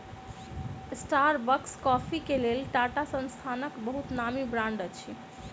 Starbucks coffee के लेल टाटा संस्थानक बहुत नामी ब्रांड अछि